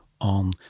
on